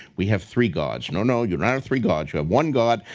we have three gods. no, no. you don't have three gods. you have one god.